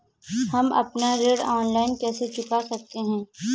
हम अपना ऋण ऑनलाइन कैसे चुका सकते हैं?